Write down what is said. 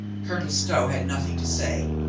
colonel stow had nothing to say.